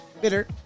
bitter